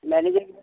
manager ಇಲ್ಲ